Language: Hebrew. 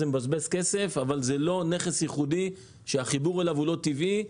זה מבזבז כסף אבל זה לא נכס ייחודי שהחיבור אליו הוא טבעי.